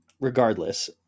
regardless